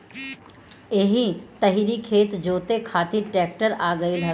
एही तरही खेत जोते खातिर ट्रेक्टर आ गईल हवे